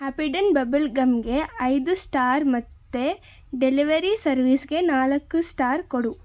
Happydent ಬಬಲ್ಗಮ್ಗೆ ಐದು star ಮತ್ತು ಡೆಲಿವರಿ ಸರ್ವಿಸ್ಗೆ ನಾಲ್ಕು ಸ್ಟಾರ್ ಕೊಡು